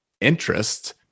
interest